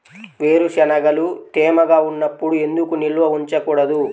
వేరుశనగలు తేమగా ఉన్నప్పుడు ఎందుకు నిల్వ ఉంచకూడదు?